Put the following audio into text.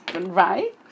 right